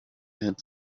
had